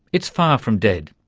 it's far from dead.